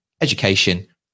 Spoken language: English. education